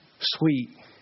Sweet